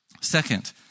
Second